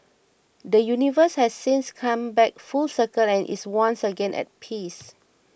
the universe has since come back full circle and is once again at peace